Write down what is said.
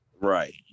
Right